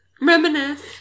reminisce